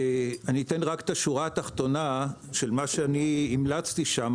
אני אתן רק את השורה התחתונה של מה שאני המלצתי שם.